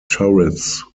turrets